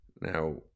Now